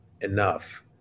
enough